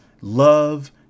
love